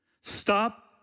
Stop